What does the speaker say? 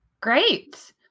Great